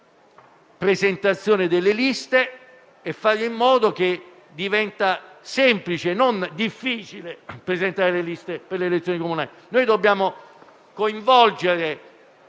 presentazione delle liste, facendo in modo che diventi semplice e non difficile presentare le liste per le elezioni comunali. Dobbiamo coinvolgere